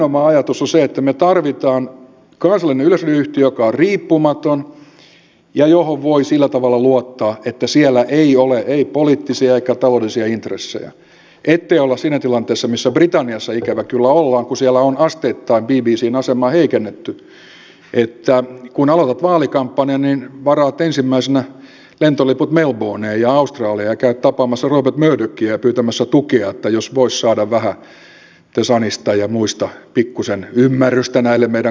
nimenomaan ajatus on se että me tarvitsemme kansallisen yleisradioyhtiön joka on riippumaton ja johon voi sillä tavalla luottaa että siellä ei ole poliittisia eikä taloudellisia intressejä ettei olla siinä tilanteessa missä britanniassa ikävä kyllä ollaan kun siellä ollaan asteittain bbcn asemaa heikennetty että kun aloitat vaalikampanjan niin varaat ensimmäisenä lentoliput melbourneen australiaan ja käyt tapaamassa rupert murdochia ja pyytämässä tukea että jos voisi saada the sunista ja muista pikkuisen ymmärrystä näille meidän kannoillemme